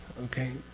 okay,